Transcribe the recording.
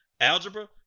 algebra